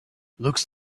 looks